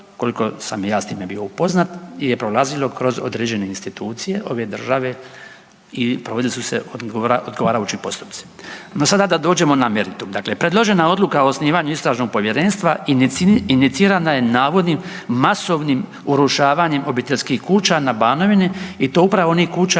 koliko sam ja bio s time upoznat je prolazilo kroz određene institucije ove države i provodili su se odgovarajući postupci. No sada da dođemo na meritum, dakle predložena Odluka o osnivanju istražnog povjerenstva inicirana je navodnim masovnim urušavanjem obiteljskih kuća na Banovini i to upravo onih kuća